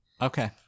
Okay